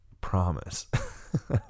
promise